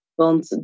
want